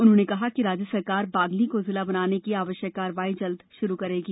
उन्होंने कहा कि राज्य सरकार बागली को जिला बनाने की आवश्यक कार्यवाही जल्दी ही शुरू करेगी